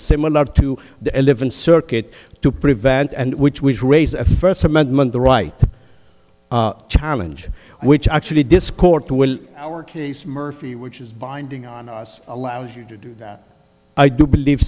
similar to the eleventh circuit to prevent and which was raise a first amendment the right challenge which actually discord to will our case murphy which is binding on us allows you to do that i do believe